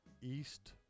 East